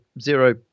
zero